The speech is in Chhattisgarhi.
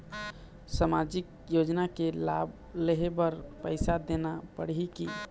सामाजिक योजना के लाभ लेहे बर पैसा देना पड़ही की?